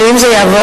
ואם זה יעבור?